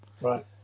Right